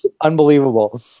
unbelievable